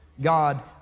God